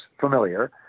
familiar